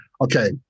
okay